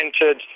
entered